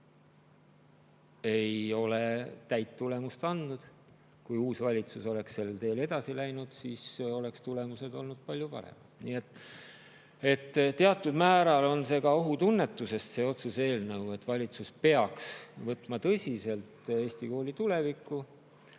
ei ole täit tulemust andnud. Kui uus valitsus oleks sellel teel edasi läinud, siis oleks tulemused palju paremad. Teatud määral on see otsuse eelnõu ka ohutunnetusest, sest valitsus peaks võtma tõsiselt Eesti kooli tulevikku